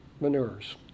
manures